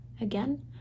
again